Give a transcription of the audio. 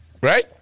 Right